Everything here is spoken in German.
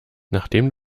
nachdem